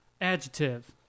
adjective